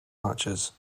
arches